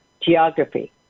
geography